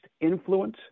influence